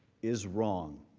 is wrong.